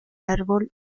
árbol